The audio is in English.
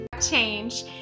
Change